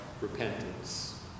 repentance